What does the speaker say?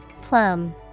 Plum